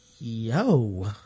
yo